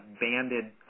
banded